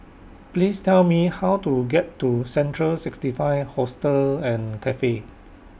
Please Tell Me How to get to Central sixty five Hostel and Cafe